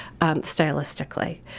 stylistically